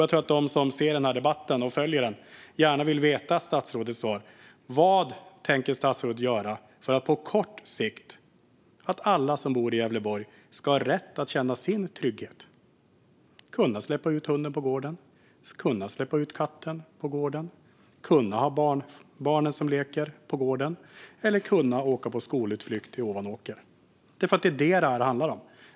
Jag tror att de som följer den här debatten gärna vill veta statsrådets svar på vad statsrådet tänker göra på kort sikt för att alla som bor i Gävleborg ska ha rätt att känna trygghet, att de ska kunna släppa ut hunden eller katten på gården, att de ska kunna ha barn som leker på gården eller att barnen ska kunna åka på skolutflykt till Ovanåker. Det är det som det här handlar om.